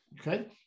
Okay